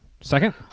Second